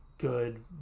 good